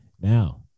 Now